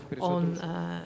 on